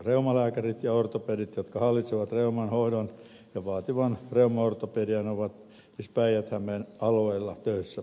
reumalääkärit ja ortopedit jotka hallitsevat reuman hoidon ja vaativan reumaortopedian ovat siis päijät hämeen alueella töissä